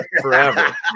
forever